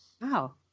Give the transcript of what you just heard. Wow